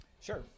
Sure